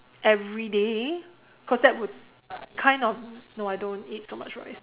everyday cause that would kind of no I don't eat so much rice